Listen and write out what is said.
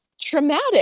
traumatic